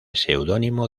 seudónimo